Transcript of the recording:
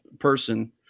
Person